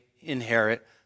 inherit